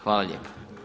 Hvala lijepa.